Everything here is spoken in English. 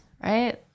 right